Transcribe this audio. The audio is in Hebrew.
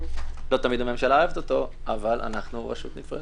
לא תמיד הממשלה אוהבת אותו, אבל אנחנו רשות נפרדת.